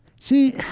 see